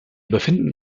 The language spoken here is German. befinden